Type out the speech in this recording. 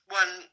one